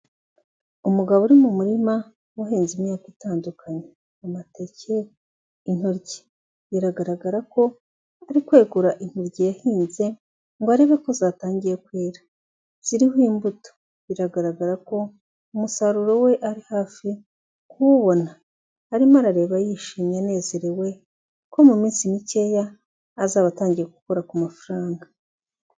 Umugabo uri mu murima wahinze imyaka itandukanye, amateke, intoryi, biragaragara ko ari kwegura intoryi yahinze ngo arebe ko zatangiye kwera, ziriho imbuto biragaragara ko umusaruro we ari hafi kuwubona, arimo arareba yishimye anezerewe ko mu minsi mikeya azaba atangiye gukora ku mafaranga.